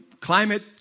climate